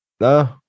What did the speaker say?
No